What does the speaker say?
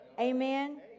Amen